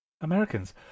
Americans